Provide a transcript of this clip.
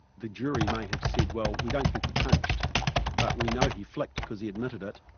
the jury may have said, well we don't think he punched but we know he flicked, because he admitted it,